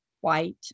white